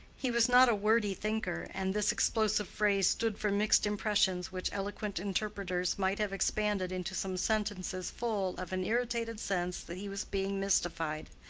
he was not a wordy thinker, and this explosive phrase stood for mixed impressions which eloquent interpreters might have expanded into some sentences full of an irritated sense that he was being mystified,